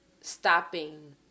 stopping